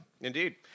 Indeed